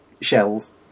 shells